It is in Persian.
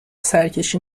سرکشی